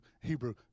Hebrew